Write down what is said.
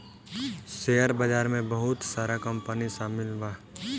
share बाजार में बहुत सारा कंपनी शामिल बा